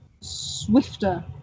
swifter